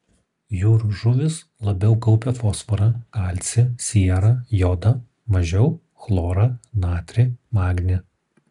jūrų žuvys labiau kaupia fosforą kalcį sierą jodą mažiau chlorą natrį magnį